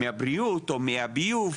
מהבריאות או מהביוב?